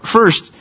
First